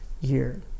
year